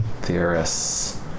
theorists